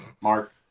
Mark